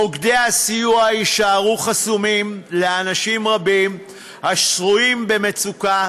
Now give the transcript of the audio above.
מוקדי הסיוע יישארו חסומים לאנשים רבים השרויים במצוקה,